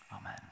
Amen